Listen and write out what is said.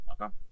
Okay